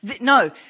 No